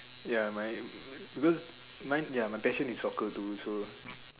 ya my because mine my passion is soccer too so